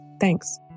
Thanks